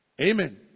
Amen